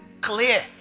clear